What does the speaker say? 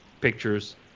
pictures